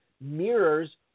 mirrors